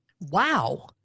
Wow